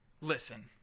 listen